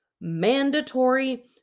mandatory